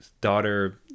daughter